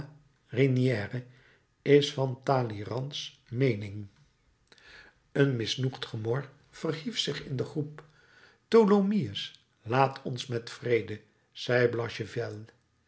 reynière is van talleyrands meening een misnoegd gemor verhief zich in de groep tholomyès laat ons met vrede zei